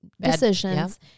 decisions